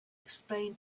explain